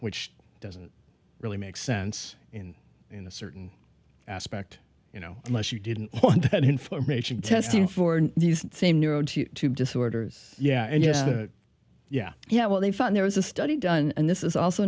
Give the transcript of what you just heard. which doesn't really make sense in a certain aspect you know how much you didn't want that information testing for these same neuro to disorders yeah yeah yeah yeah what they found there was a study done and this is also